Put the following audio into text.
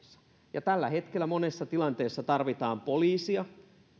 ja tällä hetkellä monessa tilanteessa tarvitaan poliisia